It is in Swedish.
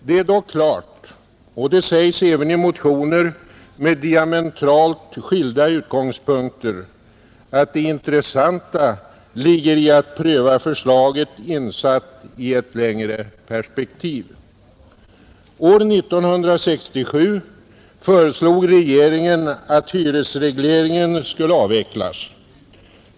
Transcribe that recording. Det är dock klart — och det sägs även i motioner med diametralt skilda utgångspunkter — att det intressanta ligger i att pröva förslaget insatt i ett längre perspektiv. År 1967 föreslog regeringen att hyresregleringen skulle avvecklas.